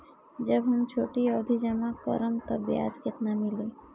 जब हम छोटी अवधि जमा करम त ब्याज केतना मिली?